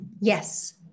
Yes